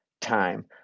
time